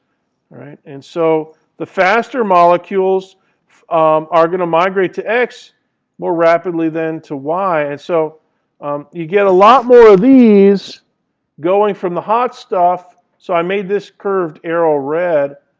and so the faster molecules are going to my grate to x more rapidly than to y. and so you get a lot more of these going from the hot stuff, so i made this curved arrow red.